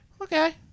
okay